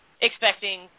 expecting